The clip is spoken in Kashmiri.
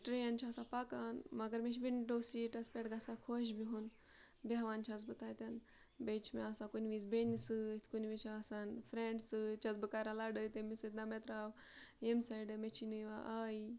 ٹرٛین چھِ آسان پَکان مگر مےٚ چھِ وِنڈو سیٖٹَس پٮ۪ٹھ گژھان خۄش بِہُن بیٚہوان چھَس بہٕ تَتٮ۪ن بیٚیہِ چھِ مےٚ آسان کُنہِ وِز بیٚنہِ سۭتۍ کُنہِ وِز چھِ آسان فرٛٮ۪نٛڈ سۭتۍ چھَس بہ کَران لَڑٲے تٔمِس سۭتۍ نہ مےٚ ترٛاو ییٚمہِ سایڈٕ مےٚ چھی نہٕ یِوان آیی